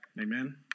Amen